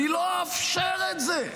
אני לא אאפשר את זה.